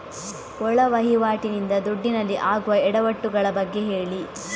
ಒಳ ವಹಿವಾಟಿ ನಿಂದ ದುಡ್ಡಿನಲ್ಲಿ ಆಗುವ ಎಡವಟ್ಟು ಗಳ ಬಗ್ಗೆ ಹೇಳಿ